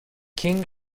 king